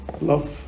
love